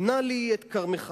תנה לי את כרמך